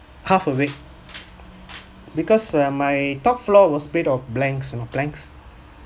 half awake because err my top floor was made of planks you know planks